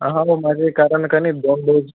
आहा मग माझे काढाल की नाही दोन डोज